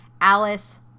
Alice